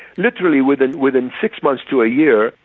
literally within within six months to a year,